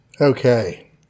Okay